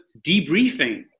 debriefing